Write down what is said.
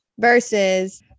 versus